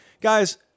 Guys